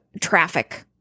traffic